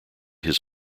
his